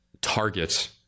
target